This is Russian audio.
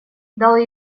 дал